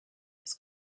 its